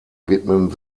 widmen